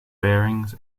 bearings